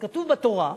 אז כתוב בתורה: